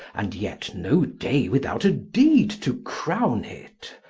and yet no day without a deed to crowne it.